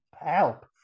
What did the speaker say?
help